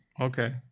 Okay